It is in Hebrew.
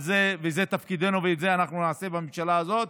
זה תפקידנו ואת זה אנחנו נעשה בממשלה הזאת.